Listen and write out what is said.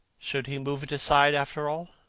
should he move it aside, after all?